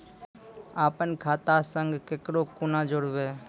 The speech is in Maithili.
अपन खाता संग ककरो कूना जोडवै?